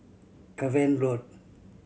Cavan Road